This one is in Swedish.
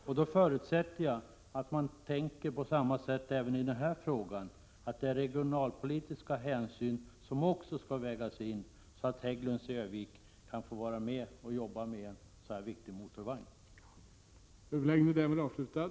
Därför förutsätter jag att man tänker på samma sätt även i den här frågan — nämligen att regionalpolitiska hänsyn också skall vägas in när det gäller Hägglunds i Örnsköldsvik så att företaget kan få vara med vid framtagningen av en sådan här viktig motorvagn.